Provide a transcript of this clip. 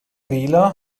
wähler